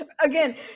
Again